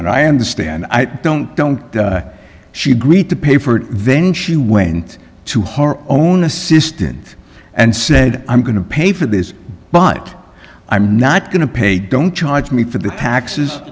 and i understand i don't don't she agreed to pay for it then she went to her own assistant and said i'm going to pay for this but i'm not going to pay don't charge me for the pax